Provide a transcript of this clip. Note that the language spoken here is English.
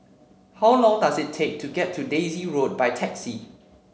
how long does it take to get to Daisy Road by taxi